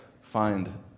find